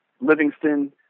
Livingston